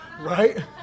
Right